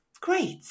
great